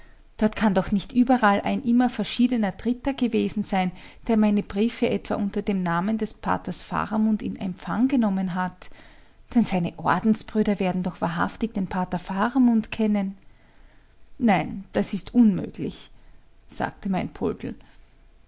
dort kann doch nicht überall ein immer verschiedener dritter gewesen sein der meine briefe etwa unter dem namen des paters faramund in empfang genommen hat denn seine ordensbrüder werden doch wahrhaftig den pater faramund kennen nein das ist unmöglich sagte mein poldl